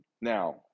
Now